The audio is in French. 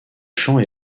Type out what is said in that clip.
champ